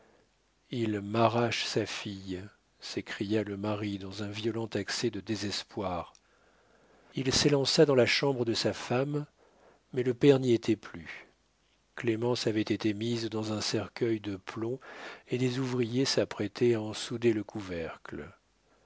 il m'arrache sa fille s'écria le mari dans un violent accès de désespoir il s'élança dans la chambre de sa femme mais le père n'y était plus clémence avait été mise dans un cercueil de plomb et des ouvriers s'apprêtaient à en souder le couvercle